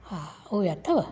हा उहे अथव